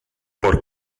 por